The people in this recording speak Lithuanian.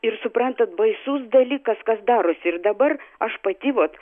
ir suprantat baisus dalykas kas darosi ir dabar aš pati vat